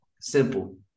simple